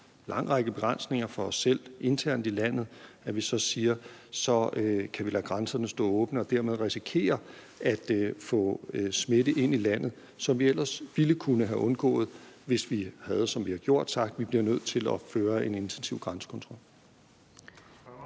lang række begrænsninger for os selv internt i landet, siger, at vi så kan lade grænserne stå åbne og dermed risikere at få smitte ind i landet, som vi ellers ville kunne have undgået, hvis vi ikke havde sagt, men som vi har gjort, at vi bliver nødt til at have en intensiv grænsekontrol.